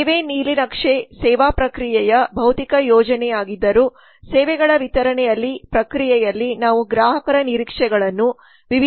ಸೇವಾ ನೀಲನಕ್ಷೆ ಸೇವಾ ಪ್ರಕ್ರಿಯೆಯ ಭೌತಿಕ ಯೋಜನೆಯಾಗಿದ್ದರೂ ಸೇವೆಗಳ ವಿತರಣೆಯ ಪ್ರಕ್ರಿಯೆಯಲ್ಲಿ ನಾವು ಗ್ರಾಹಕರ ನಿರೀಕ್ಷೆಗಳನ್ನು ವಿವಿಧ ಹಂತಗಳಲ್ಲಿ ಅರ್ಥಮಾಡಿಕೊಳ್ಳಬೇಕು